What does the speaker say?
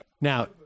Now